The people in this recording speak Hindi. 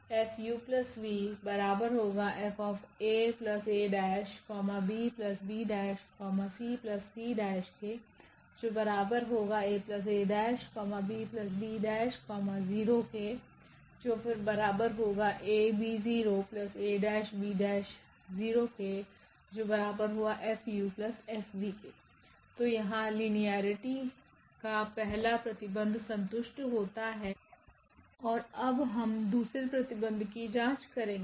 𝐹𝑢 𝑣 𝐹𝑎 𝑎′ 𝑏 𝑏′ 𝑐 𝑐′ 𝑎 𝑎′ 𝑏 𝑏′ 0 𝑎 𝑏 0 𝑎′ 𝑏′ 0 𝐹𝑢 𝐹𝑣 तो यहाँ लिनियरटी का पहला प्रतिबंध संतुष्ट होता है ओर अब हम दूसरे प्रतिबंध की जांच करेगे